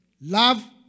Love